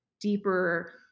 deeper